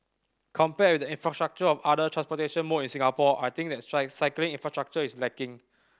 compared in the infrastructure of other transportation mode in Singapore I think the cycling infrastructure is lacking